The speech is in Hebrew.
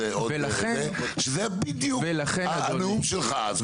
שזה בדיוק הנאום שלך אז.